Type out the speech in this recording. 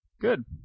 Good